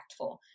impactful